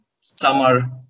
summer